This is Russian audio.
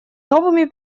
новыми